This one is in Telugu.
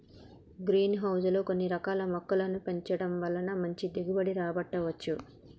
గ్రీన్ హౌస్ లో కొన్ని రకాల మొక్కలను పెంచడం వలన మంచి దిగుబడి రాబట్టవచ్చు